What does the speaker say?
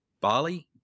Bali